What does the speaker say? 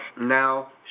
Now